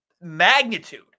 magnitude